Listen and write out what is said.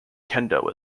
kendo